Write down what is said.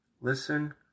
listen